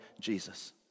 Jesus